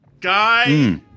Guy